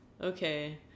okay